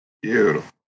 Beautiful